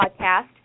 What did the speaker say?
podcast